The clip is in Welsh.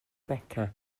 beca